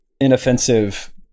inoffensive